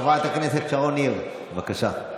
חברת הכנסת שרון ניר, בבקשה.